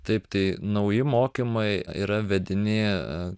taip tai nauji mokymai yra vedini